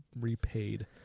repaid